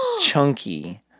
Chunky